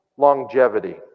longevity